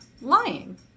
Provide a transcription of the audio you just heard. lying